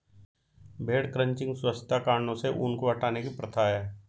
भेड़ क्रचिंग स्वच्छता कारणों से ऊन को हटाने की प्रथा है